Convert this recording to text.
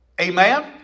Amen